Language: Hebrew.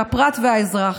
מהפרט והאזרח.